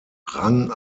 rang